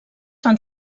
fan